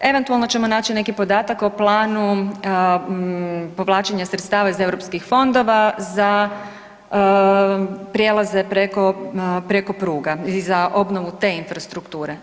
Eventualno ćemo naći neki podatak o planu povlačenja sredstava iz EU fondova za prijelaze preko pruga i za obnovu te infrastrukture.